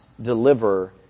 deliver